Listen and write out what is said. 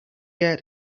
had